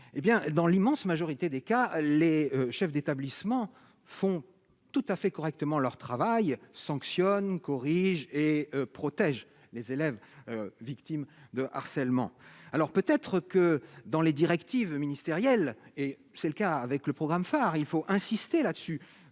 dans l'immense majorité des cas, les chefs d'établissement font tout à fait correctement leur travail sanctionne, corrige et protège les élèves victimes de harcèlement, alors peut-être que dans les directives ministérielles et c'est le cas avec le programme phare, il faut insister là-dessus,